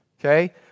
Okay